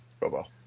Robo